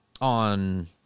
On